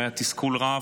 שהיה תסכול רב,